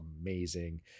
amazing